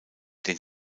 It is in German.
den